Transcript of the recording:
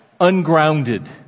Ungrounded